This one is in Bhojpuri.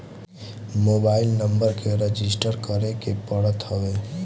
मोबाइल नंबर के रजिस्टर करे के पड़त हवे